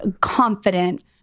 confident